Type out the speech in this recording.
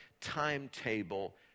timetable